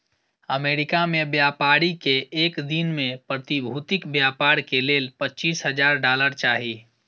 America में व्यापारी के एक दिन में प्रतिभूतिक व्यापार के लेल पचीस हजार डॉलर चाही